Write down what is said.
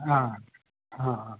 অঁ অঁ অঁ